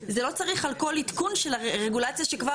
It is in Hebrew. זה לא צריך על כל עדכון של הרגולציה שכבר